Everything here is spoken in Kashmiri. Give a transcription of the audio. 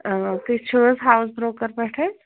اۭں تُہۍ چھِو حظ ہاوُس برٛوکَر پٮ۪ٹھٕ